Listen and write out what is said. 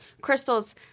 crystal's